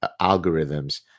algorithms